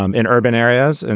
um in urban areas. and